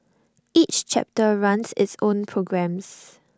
each chapter runs its own programmes